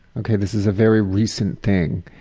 ok, this is a very recent thing.